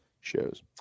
shows